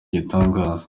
igitangaza